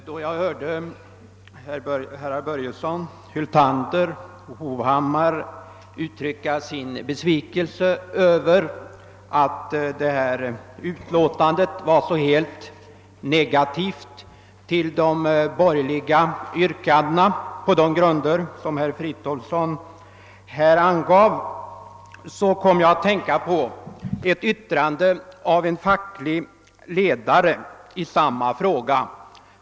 Då jag hörde herrar Börjesson i Glömminge, Hyltander och Hovhammar uttrycka sin besvikelse över att detta utlåtande — på de grunder som herr Fridolfsson i Rödeby nu angivit — är så negativt, kom jag att tänka på en facklig ledares yttrande i samma fråga.